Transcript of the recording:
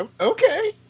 okay